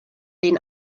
den